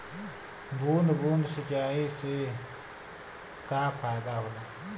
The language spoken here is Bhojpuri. बूंद बूंद सिंचाई से का फायदा होला?